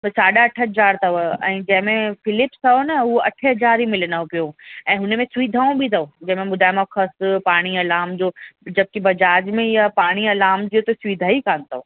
उहा साढा अठ हज़ार अथव ऐं जंहिंमें फिलिप्स अथव न उहो अठें हज़ारें मिलनो पियो ऐं उन में सुविधाऊं बि अथव जंहिंमें ॿुधायोमांव खस पाणी अलार्म जो जब की बजाज में ईअं पाणी अलार्म जी त सुविधा ई कान अथव